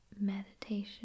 meditation